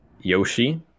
Yoshi